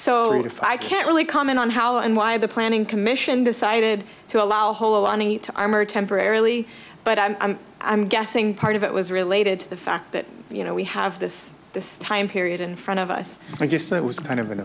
if i can't really comment on how and why the planning commission decided to allow a whole army to armor temporarily but i'm i'm guessing part of it was related to the fact that you know we have this this time period in front of us i just it was kind of an